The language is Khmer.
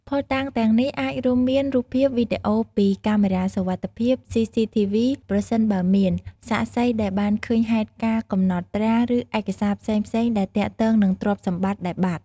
ភស្តុតាងទាំងនេះអាចរួមមាន រូបភាព វីដេអូពីកាមេរ៉ាសុវត្ថិភាព ស៊ីស៊ីធីវី ប្រសិនបើមាន សាក្សីដែលបានឃើញហេតុការណ៍កំណត់ត្រា ឬឯកសារផ្សេងៗដែលទាក់ទងនឹងទ្រព្យសម្បត្តិដែលបាត់។